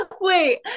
Wait